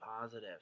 positive